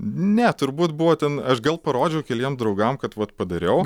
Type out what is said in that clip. ne turbūt buvo ten aš gal parodžiau keliem draugam kad vat padariau